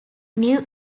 new